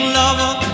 lover